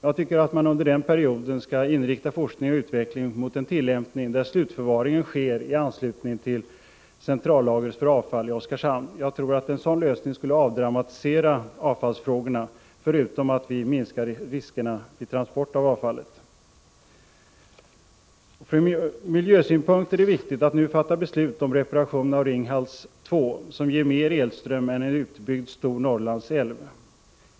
Jag tycker att man under den perioden bör inrikta forskning och utveckling mot en tillämpning där slutförvaringen sker i anslutning till centrallagret för avfall i Oskarshamn. Jag tror att en sådan lösning skulle avdramatisera avfallsfrågorna, förutom att riskerna vid transport av avfallet skulle minskas. Från miljösynpunkt är det viktigt att nu fatta beslut om reparation av Ringhals 2, som ger mer elström än en utbyggd stor Norrlandsälv.